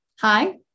Hi